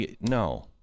no